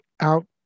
out